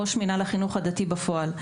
ראש מינהל החינוך הדתי בפועל.